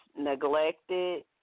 neglected